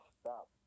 stop